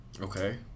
Okay